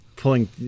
pulling